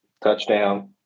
touchdown